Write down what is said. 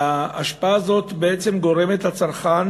על הצרכן